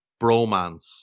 bromance